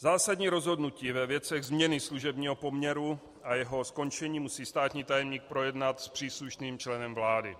Zásadní rozhodnutí ve věcech změny služebního poměru a jeho skončení musí státní tajemník projednat s příslušným členem vlády.